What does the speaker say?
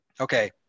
okay